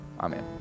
Amen